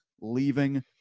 leaving